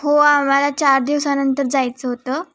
हो आम्हाला चार दिवसानंतर जायचं होतं